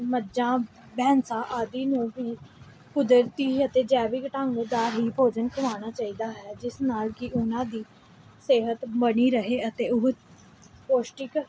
ਮੱਝਾ ਬੈਂਸਾ ਆਦਿ ਨੂੰ ਵੀ ਕੁਦਰਤੀ ਅਤੇ ਜੈਵਿਕ ਢੰਗ ਦਾ ਵੀ ਭੋਜਨ ਖਵਾਉਣਾ ਚਾਹੀਦਾ ਹੈ ਜਿਸ ਨਾਲ ਕਿ ਉਹਨਾਂ ਦੀ ਸਿਹਤ ਬਣੀ ਰਹੇ ਅਤੇ ਉਹ ਪੌਸ਼ਟਿਕ